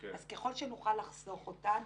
אז ככל שנוכל לחסוך אותן,